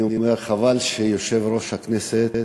אני אומר שחבל שיושב-ראש הכנסת,